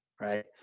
right